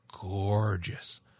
gorgeous